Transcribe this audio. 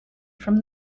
from